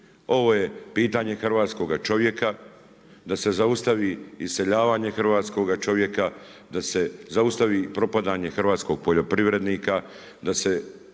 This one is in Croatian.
Ovo je pitanje hrvatskoga čovjeka da se zaustavi iseljavanje hrvatskoga čovjeka, da se zaustavi propadanje hrvatskog poljoprivrednika, da se